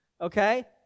Okay